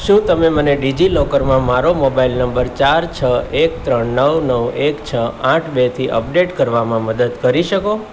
શું તમે મને ડિજિલોકરમાં મારો મોબાઇલ નંબર ચાર છ એક ત્રણ નવ નવ એક છ આઠ બેથી અપડેટ કરવામાં મદદ કરી શકો